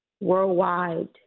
worldwide